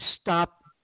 stop